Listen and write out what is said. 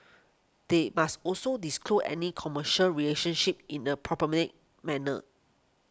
they must also disclose any commercial relationships in a prominent manner